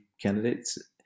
candidates